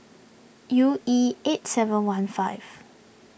U E eight seven one five